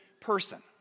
person